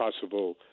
possible